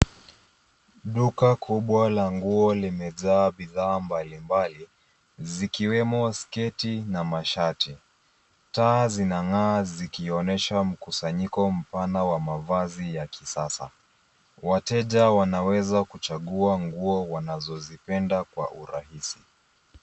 Duka kubwa la nguo limejaa bidhaa mbalimbali zikiwemo sketi na mashati. Taa zinang'aa zikionyesha mkusanyiko mpana wa mavazi ya kisasa. Wateja wanaweza kuchagua nguo wanazozipenda kwa urahisi.